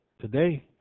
today